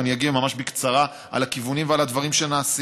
ואני אגיע ממש בקצרה לכיוונים ולדברים שנעשים.